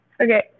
Okay